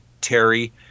terry